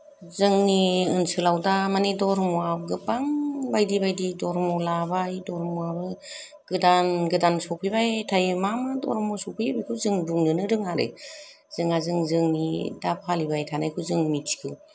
जोंनि ओनसोलाव दा माने धर्मवा गोबां बायदि बायदि धर्म लाबाय धर्मवाबो गोदान गोदान सफैबाय थायो मा मा धर्म सफैयो बेखौ जों बुंनो नो रोङा आरो जोंहा जोंनि दा फालिबाय थानायखौ जों मिथिगौ